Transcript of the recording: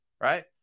Right